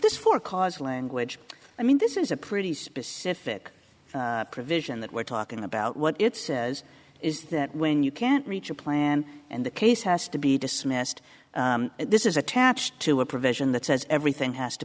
this for cause language i mean this is a pretty specific provision that we're talking about what it says is that when you can't reach a plan and the case has to be dismissed this is attached to a provision that says everything has to